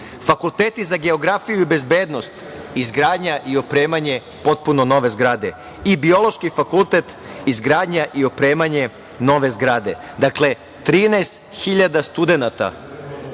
fakulteti za geografiju i bezbednost - izgradnja i opremanje potpuno nove zgrade; Biološki fakultet - izgradnja i opremanje nove zgrade. Dakle, 13.000 studenata